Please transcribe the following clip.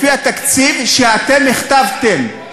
לפי התקציב שאתם הכתבתם.